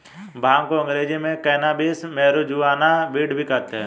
भांग को अंग्रेज़ी में कैनाबीस, मैरिजुआना, वीड भी कहते हैं